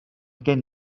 gen